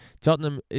Tottenham